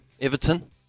Everton